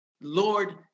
Lord